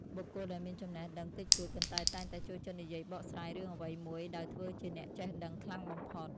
បុគ្គលដែលមានចំណេះដឹងតិចតួច ប៉ុន្តែតែងតែចូលចិត្តនិយាយបកស្រាយរឿងអ្វីមួយដោយធ្វើជាអ្នកចេះដឹងខ្លាំងបំផុត។